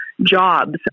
jobs